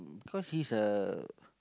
cause he's a